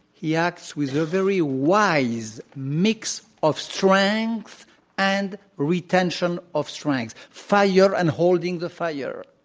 he acts with a very wise mix of strength and retention of strength fire and holding the fire.